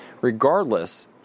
Regardless